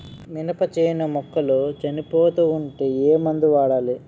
మినప చేను మొక్కలు చనిపోతూ ఉంటే ఏమందు వాడాలి?